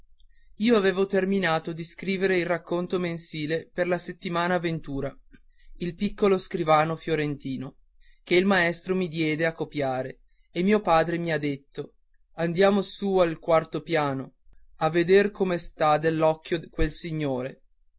io avevo terminato di scrivere il racconto mensile per la settimana ventura il piccolo scrivano fiorentino che il maestro mi diede a copiare e mio padre mi ha detto andiamo su al quarto piano a veder come sta dell'occhio quel signore